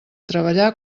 treballar